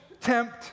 tempt